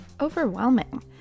overwhelming